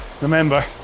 remember